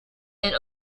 and